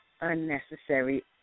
unnecessary